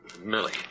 Millie